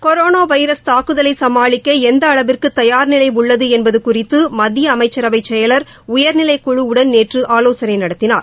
corona virus தாக்குதலை சமாளிக்க எந்த அளவிற்கு தயார்நிலை உள்ளது என்பது குறித்து மத்திய அமைச்சரவை செயலர் உயர்நிலைக் குழுவுடன் நேற்று ஆலோசனை நடத்தினார்